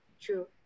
true